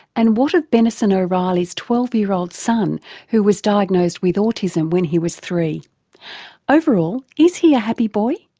and what of benison o'reilly's twelve year old son who was diagnosed with autism when he was three overall, is he a happy boy?